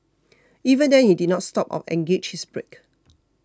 even then he did not stop or engaged his brake